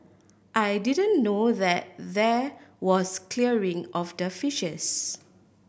I didn't know that there was clearing of the fishes